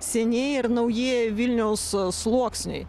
senieji ir naujieji vilniaus sluoksniai